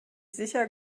sicher